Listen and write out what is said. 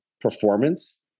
performance